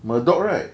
murdoch right